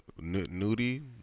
Nudie